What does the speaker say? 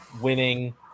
winning